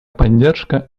поддержка